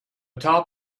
top